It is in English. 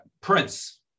Prince